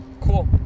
cool